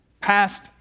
passed